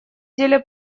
деле